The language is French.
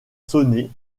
sonné